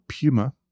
Puma